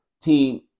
team